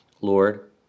Lord